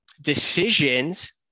decisions